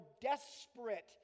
desperate